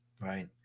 Right